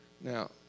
now